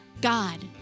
God